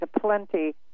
plenty